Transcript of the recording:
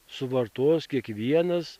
suvartos kiekvienas